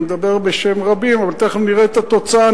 אני מדבר בשם רבים, אבל תיכף נראה את התוצאה.